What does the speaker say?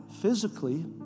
physically